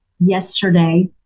yesterday